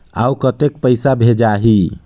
अउ कतेक पइसा भेजाही?